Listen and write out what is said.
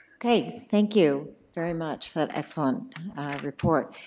okay. thank you very much for that excellent report.